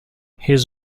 his